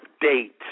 date